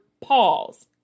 pause